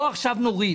בואו עכשיו נוריד.